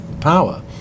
power